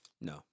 No